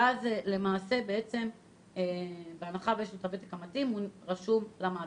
ובהנחה שיש לו את הוותק המתאים, הוא רשום למאגר.